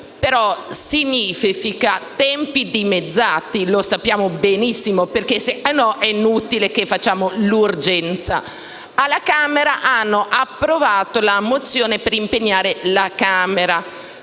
però, significa tempi dimezzati, lo sappiamo benissimo; altrimenti è inutile che deliberiamo l'urgenza. Alla Camera è stata approvata una mozione per impegnare la Camera